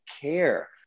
care